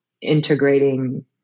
integrating